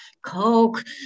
coke